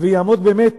ויעמוד באמת